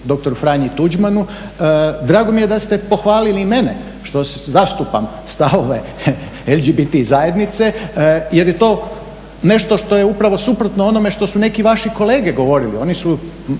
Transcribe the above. dr. Franji Tuđmanu. Drago mi je da ste pohvalili i mene što zastupam stavove LGBT zajednice, jer je to nešto što je upravo suprotno onome što su neki vaši kolege govorili. Oni su